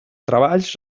treballs